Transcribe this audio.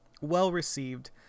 Well-received